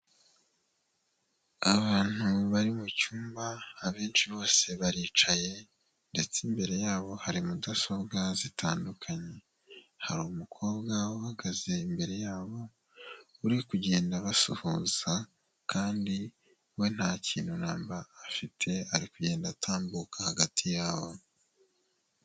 Abantu bari mu cyumba, abenshi baricaye, ndetse imbere yabo hari mudasobwa zitandukanye. Hari umukobwa uhagaze imbere yabo ari kugenda abasuhuza, kandi we nta kintu afite, ari kugenda atambuka hagati yabo.